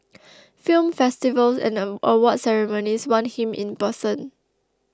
film festivals and awards ceremonies want him in person